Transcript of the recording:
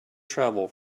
travel